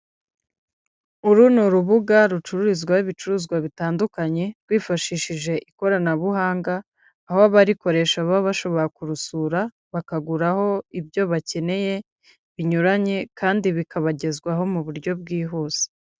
Uru ni urubuga rucururizwaho ibicuruzwa bitandukanye, rwifashishije ikoranabuhanga, aho abarikoresha baba bashobora kurusura, bakaguraho ibyo bakeneye, binyuranye kandi bikabagezwaho mu buryo bwihuse.